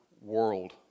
world